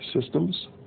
systems